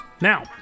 Now